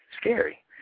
scary